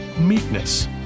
meekness